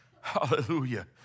Hallelujah